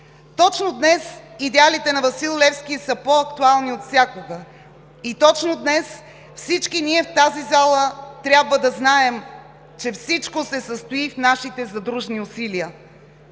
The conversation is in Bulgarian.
Точно днес идеалите на Васил Левски са по-актуални отвсякога и точно днес всички ние в тази зала трябва да знаем, че всичко се състои в нашите задружни усилия.